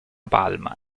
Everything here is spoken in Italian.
palma